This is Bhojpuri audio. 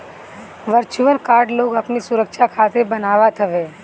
वर्चुअल कार्ड लोग अपनी सुविधा खातिर बनवावत हवे